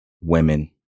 women